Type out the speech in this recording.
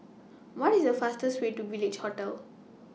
What IS The fastest Way to Village Hotel